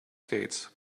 skates